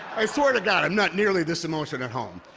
i swear to god. i'm not nearly this emotional at home.